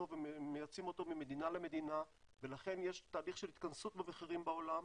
ומייצאים אותו ממדינה למדינה ולכן יש תהליך של התכנסות במחירים בעולם